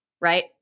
Right